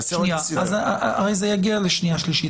נעשה עוד --- הרי זה יגיע לשנייה שלישית,